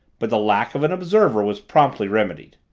but the lack of an observer was promptly remedied.